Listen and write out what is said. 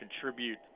contribute